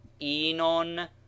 enon